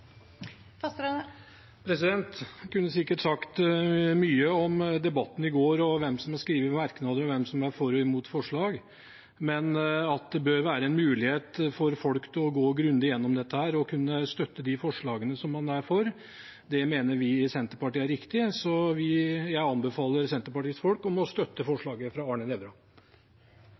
bør være en mulighet for folk til å gå grundig igjennom dette og kunne støtte de forslagene man er for, mener vi i Senterpartiet er riktig. Så jeg anbefaler Senterpartiets folk å støtte forslaget fra Arne Nævra.